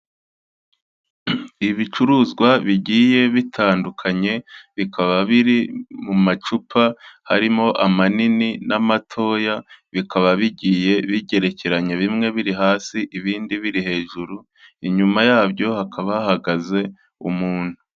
Ibicuruzwa bigiye bitandukanye bikaba biri mu macupa, harimo amanini n'amatoya bikaba bigiye bigerekeranye, bimwe biri hasi, ibindi biri hejuru, inyuma yabyo hakaba hahagaze umuntu.